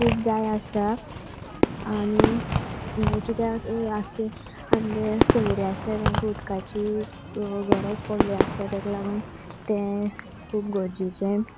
खूब जाय आसता आनी कित्याक आख्खे आमगे सोयरे आसता तांकां उदकाची गरज पडली आसता ताका लागून तें खूब गरजेचें